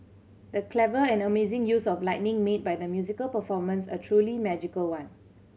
the clever and amazing use of lighting made by the musical performance a truly magical one